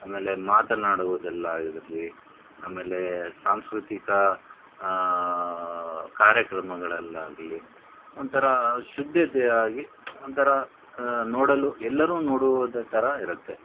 ಆಮೇಲೆ ಮಾತನಾಡುವುದಲ್ಲಾಗಿರಲಿ ಆಮೇಲೆ ಸಾಂಸ್ಕೃತಿಕ ಕಾರ್ಯಕ್ರಮಗಳಲ್ಲಾಗಲಿ ಒಂಥರ ಶುದ್ಧತೆಯಾಗಿ ಒಂಥರ ನೋಡಲು ಎಲ್ಲರೂ ನೋಡುವುದರ ಥರ ಇರುತ್ತೆ